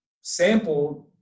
sampled